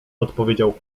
odpowiedział